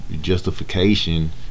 justification